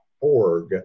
org